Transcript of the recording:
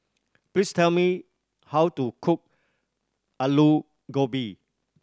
please tell me how to cook Aloo Gobi